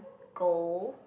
goal